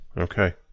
Okay